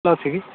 ଅଛି କି